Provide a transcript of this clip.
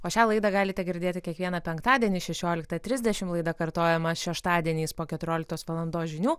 o šią laidą galite girdėti kiekvieną penktadienį šešioliktą trisdešimt laida kartojama šeštadieniais po keturioliktos valandos žinių